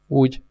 úgy